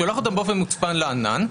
שולחת אותם באופן מוצפן לענן,